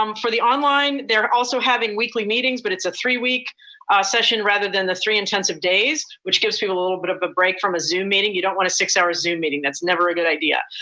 um for the online, they're also having weekly meetings, but it's a three week session rather than the three intensive days, which gives people a little bit of a break from a zoom meeting. you don't want a six hour zoom meeting, that's never a good idea.